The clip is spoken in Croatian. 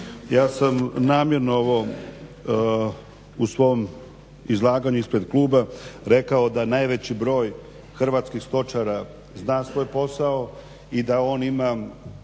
ja sam namjerno ovo u svom izlaganju ispred kluba rekao da najveći broj hrvatskih stočara zna svoj posao i da on ima